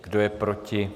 Kdo je proti?